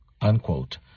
Unquote